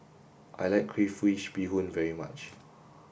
I like Crayfish Beehoon very much